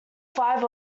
five